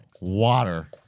Water